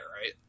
right